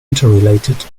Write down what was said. interrelated